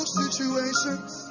situations